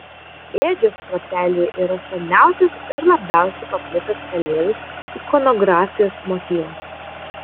ėdžios tvartelyje yra seniausias ir labiausiai paplitęs kalėdų ikonografijos motyvas